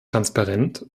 transparent